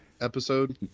episode